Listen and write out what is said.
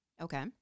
Okay